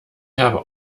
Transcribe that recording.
habe